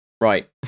Right